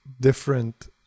different